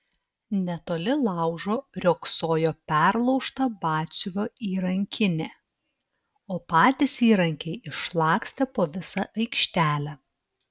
netoli laužo riogsojo perlaužta batsiuvio įrankinė o patys įrankiai išlakstę po visą aikštelę